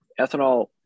Ethanol